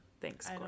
Thanks